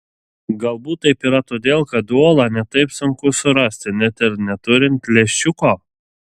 galbūt taip yra todėl kad uolą ne taip sunku surasti net ir neturint lęšiuko